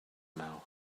mouth